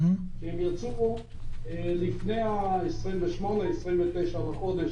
כי הם יצאו לפני ה-28-29 לחודש,